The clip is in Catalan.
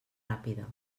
ràpida